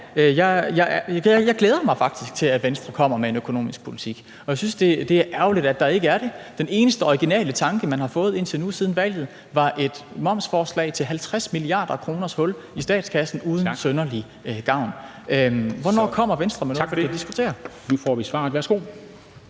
jeg glæder mig faktisk til, at Venstre kommer med en økonomisk politik, og jeg synes, det er ærgerligt, at der ikke er det. Den eneste originale tanke, man har fået indtil nu siden valget, var et momsforslag til 50 mia. kr.s hul i statskassen uden synderlig gavn. Hvornår kommer Venstre med noget, vi kan diskutere? Kl. 10:15